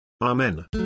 Amen